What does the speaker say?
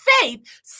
faith